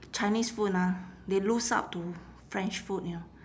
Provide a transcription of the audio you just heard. chinese food ah they lose out to french food you know